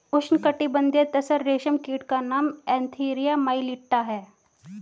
उष्णकटिबंधीय तसर रेशम कीट का नाम एन्थीरिया माइलिट्टा है